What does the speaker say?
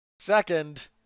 Second